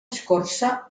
escorça